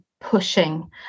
pushing